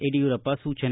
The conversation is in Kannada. ಯಡಿಯೂರಪ್ಪ ಸೂಚನೆ